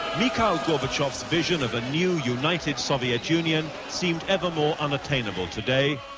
mikhail gorbachev's vision of a new united soviet union seemed evermore unattainable today.